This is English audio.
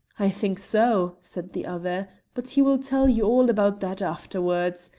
i think so, said the other but he will tell you all about that afterwards.